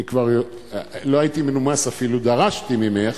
לא הייתי מנומס אפילו, דרשתי ממך,